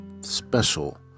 special